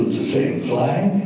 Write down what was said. the same flag,